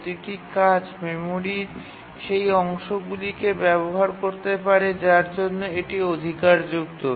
প্রতিটি কাজ মেমরির সেই অংশগুলিকে ব্যবহার করতে পারে যার জন্য এটির অধিকার আছে